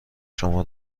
شما